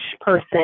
person